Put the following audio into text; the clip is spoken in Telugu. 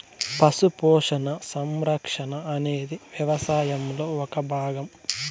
పశు పోషణ, సంరక్షణ అనేది వ్యవసాయంలో ఒక భాగం